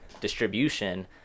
distribution